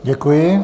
Děkuji.